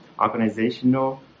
organizational